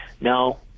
no